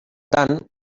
tant